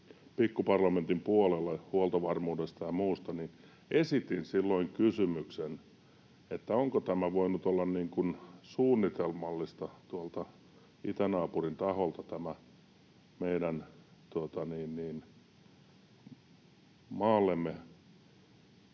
Pikkuparlamentin puolella huoltovarmuudesta ja muusta, ja esitin silloin kysymyksen, onko voinut olla suunnitelmallista tuolta itänaapurin taholta tämä meidän maallemme